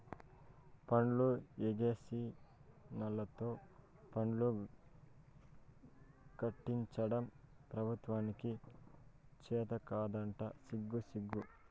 పన్నులు ఎగేసినోల్లతో పన్నులు కట్టించడం పెబుత్వానికి చేతకాదంట సిగ్గుసిగ్గు